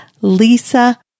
Lisa